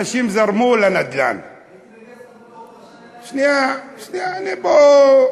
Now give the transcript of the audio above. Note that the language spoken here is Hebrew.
אנשים זרמו לנדל"ן, שנייה, שנייה, אני פה.